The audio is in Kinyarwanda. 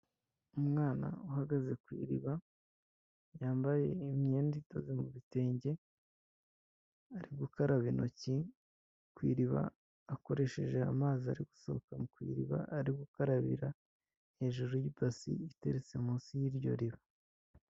Umwana uhagaze ku iriba yambaye imyenda itoze mu bitwenge ari gukaraba intoki ku iriba akoresheje amazi ari gusohoka ku iriba ari gukarabira hejuru y'ibasi iteretse munsi y'iryo riba.